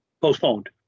postponed